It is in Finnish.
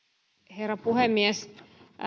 herra puhemies